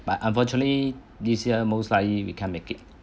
but unfortunately this year most likely we can't make it